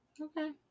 okay